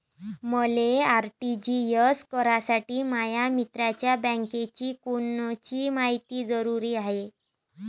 मले आर.टी.जी.एस करासाठी माया मित्राच्या बँकेची कोनची मायती जरुरी हाय?